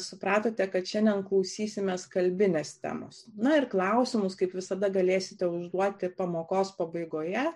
supratote kad šiandien klausysimės kalbinės temos na ir klausimus kaip visada galėsite užduoti pamokos pabaigoje